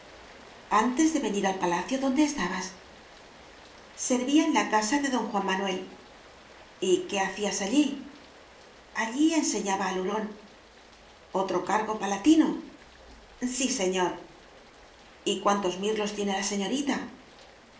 antes de venir al palacio dónde estabas biblioteca nacional de españa servía en la casa de don juan manuel y qué hacías allí allí enseñaba al hurón otro cargo palatino sí señor y cuantos mirlos tiene la señorita